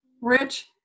Rich